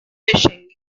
fishing